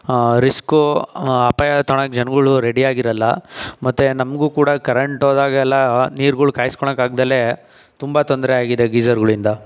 risk ಅಪಾಯ ತೊಗೊಳ್ಳೋಕ್ಕೆ ಜನಗಳು ರೆಡಿ ಆಗಿರಲ್ಲ ಮತ್ತೆ ನಮಗೂ ಕೂಡ ಕರೆಂಟ್ ಹೋದಾಗೆಲ್ಲ ನೀರುಗಳು ಕಾಯ್ಸ್ಕೊಳ್ಳೋಕ್ಕೆ ಆಗ್ದೆಲೆ ತುಂಬ ತೊಂದರೆ ಆಗಿದೆ ಗೀಜರುಗಳಿಂದ